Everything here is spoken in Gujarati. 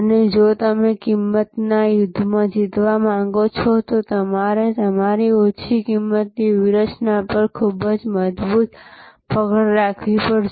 અને જો તમે કિંમત યુદ્ધમાં જીતવા માંગતા હો તો તમારે તમારી ઓછી કિંમતની વ્યૂહરચના પર ખૂબ જ મજબૂત મજબૂત પકડ રાખવી પડશે